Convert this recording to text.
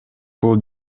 бул